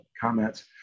comments